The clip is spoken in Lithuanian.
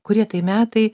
kurie tai metai